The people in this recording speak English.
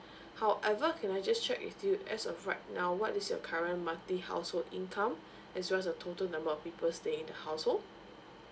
however can I just check with you as of right now what is your current monthly household income as well as the total number of people staying in the household